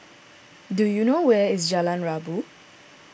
do you know where is Jalan Rabu